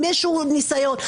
עם איזשהו ניסיון?